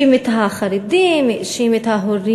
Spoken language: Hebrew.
האשים את החרדים, האשים את ההורים,